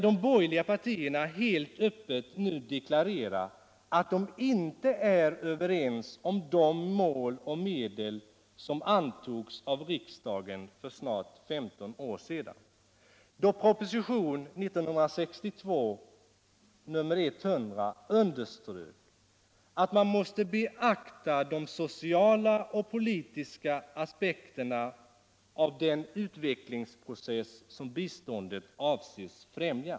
De borgerliga partierna deklarerar nu helt öppet att de inte är överens med regeringen om de mål och medel som antogs av riksdagen för snart femton år sedan, då det i propositionen 1962:100 underströks att man måste beakta de sociala och politiska aspekterna av den utvecklingsprocess som biståndet avses främja.